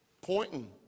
Pointing